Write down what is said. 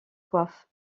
coiffe